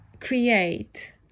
create